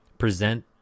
present